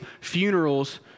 funerals